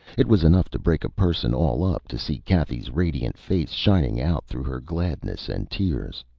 it was enough to break a person all up, to see cathy's radiant face shining out through her gladness and tears.